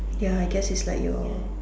ya I guess it's like your